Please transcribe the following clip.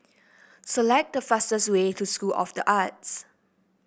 select the fastest way to School of the Arts